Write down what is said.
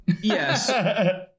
yes